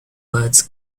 words